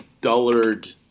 dullard